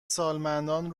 سالمندان